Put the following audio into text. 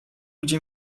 gdzie